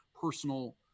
personal